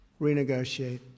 renegotiate